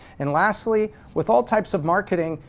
and lastly, with all types of marketing,